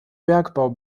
bergbau